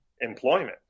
employment